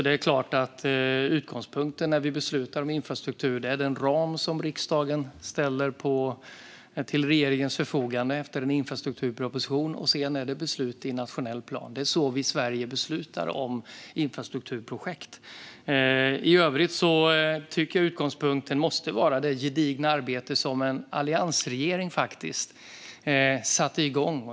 Det är klart att utgångspunkten när vi beslutar om infrastruktur är den ram som riksdagen ställer till regeringens förfogande efter en infrastrukturproposition, och sedan är det beslut i nationell plan. Det är så vi i Sverige beslutar om infrastrukturprojekt. I övrigt tycker jag att utgångspunkten måste vara det gedigna arbete som en alliansregering faktiskt satte igång.